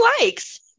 likes